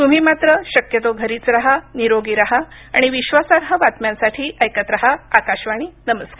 तुम्ही मात्र शक्यतो घरीच राहा निरोगी राहा आणि विश्वासार्ह बातम्यांसाठी ऐकत राहा आकाशवाणी नमस्कार